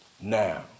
now